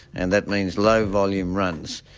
and that means low-volume runs.